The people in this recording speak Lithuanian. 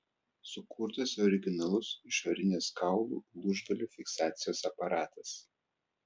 sukurtas originalus išorinės kaulų lūžgalių fiksacijos aparatas